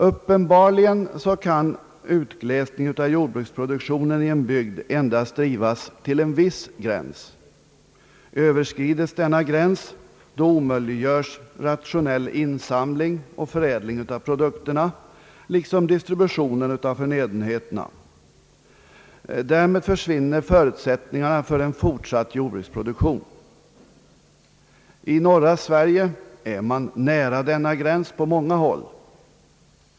Uppenbarligen kan utglesningen av jordbruksproduktionen i en bygd endast drivas till en viss gräns. Överskrides denna gräns, omöjliggöres en rationell insamling och förädling av produkterna liksom upprätthållandet av distributionen av förnödenheterna. Därmed försvinner förutsättningarna för en fortsatt jordbruksproduktion. I norra Sverige är man på många håll nära denna gräns.